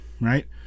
right